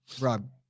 Rob